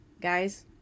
guys